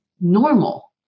normal